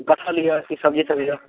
कटहल यऽ ई सब्जी सभ यऽ